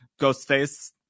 Ghostface